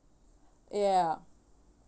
ya